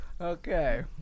okay